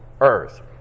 earth